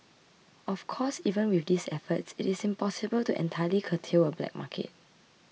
of course even with these efforts it is impossible to entirely curtail a black market